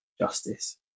justice